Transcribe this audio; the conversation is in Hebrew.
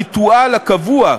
המיותר הזה, הריטואל הקבוע,